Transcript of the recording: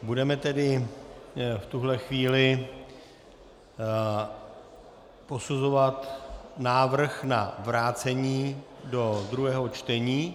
Budeme v tuhle chvíli posuzovat návrh na vrácení do druhého čtení.